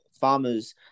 farmers